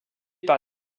par